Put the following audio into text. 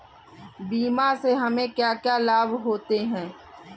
बीमा से हमे क्या क्या लाभ होते हैं?